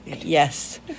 Yes